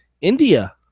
India